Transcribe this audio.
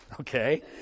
Okay